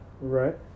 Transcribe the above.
Right